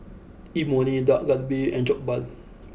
Imoni Dak Galbi and Jokbal